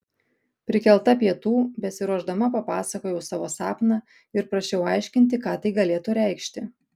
prikelta pietų besiruošdama pasakojau savo sapną ir prašiau aiškinti ką tai galėtų reikšti